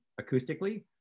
acoustically